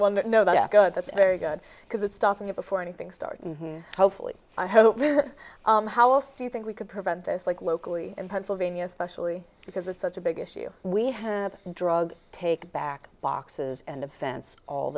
good that's very good because it's stopping it before anything starts hopefully i hope how else do you think we could prevent this like locally in pennsylvania especially because it's such a big issue we have drug take back boxes and a fence all